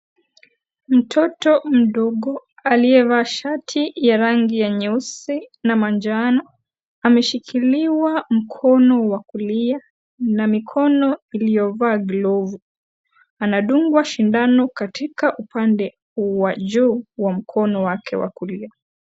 Mtoto mdogo aliyevaa shati ya rangi ya nyeusi na manjano , ameshikiliwa mkono wa kulia na mikono iliyovaa glovu . Anadungwa shindano katika upande wa juu wa mkono wake wa kulia.